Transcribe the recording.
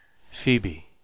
Phoebe